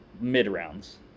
mid-rounds